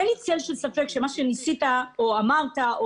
אין לי צל של ספק שמה שניסית או אמרת או